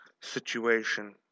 situation